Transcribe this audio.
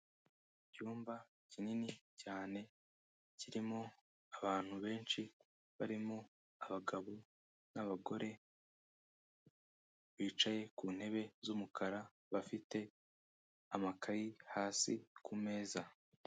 Icyumba kinini cyane, kirimo abantu benshi barimo abagabo n'abagore bicaye ku ntebe z'umukara, bafite amakaye hasi ku meza.